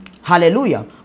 Hallelujah